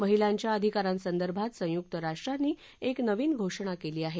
महिलांच्या अधिकारांसंदर्भात संयुक्त राष्ट्रांनी एक नवीन घोषणा केली आहे